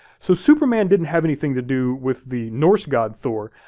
so superman didn't have anything to do with the norse god, thor.